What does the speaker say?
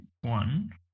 one